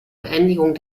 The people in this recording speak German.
beendigung